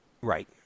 Right